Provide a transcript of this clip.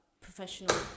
professional